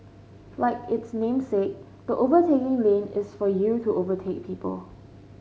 like its namesake the overtaking lane is for you to overtake people